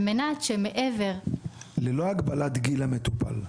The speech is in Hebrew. על מנת שמעבר --- ללא הגבלת גיל המטופל.